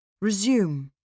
Resume